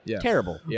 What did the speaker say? terrible